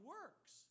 works